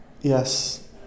Yes